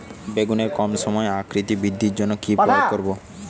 বেগুনের কম সময়ে আকৃতি বৃদ্ধির জন্য কি প্রয়োগ করব?